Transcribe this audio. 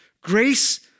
Grace